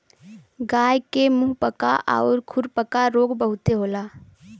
गाय के मुंहपका आउर खुरपका रोग बहुते होला